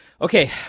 Okay